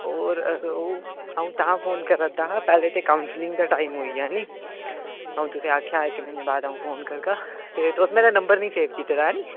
होर ओह् अ'ऊं ' अ'ऊं तां फोन करा दा हा पैह्लें ते काउंसलिंग दा टाईम होइया ऐ नी अ'ऊं तुसें ई आखेआ इक म्हीने दे बाद अ'ऊं तुसे ईं फोन करगा ते तुसें मेरा नंबर निं सेव कीते दा ऐ निं